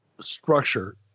structure